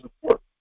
support